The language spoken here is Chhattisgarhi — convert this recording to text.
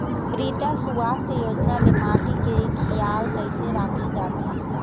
मृदा सुवास्थ योजना ले माटी के खियाल कइसे राखे जाथे?